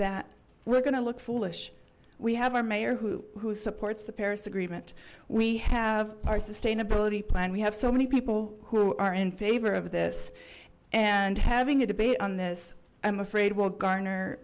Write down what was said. that we're gonna look foolish we have our mayor who who supports the paris agreement we have our sustainability plan we have so many people who are in favor of this and having a debate on this i'm afraid